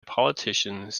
politicians